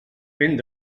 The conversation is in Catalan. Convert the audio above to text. vent